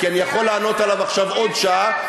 כי אני יכול לענות עליו עכשיו עוד שעה.